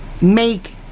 make